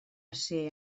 ser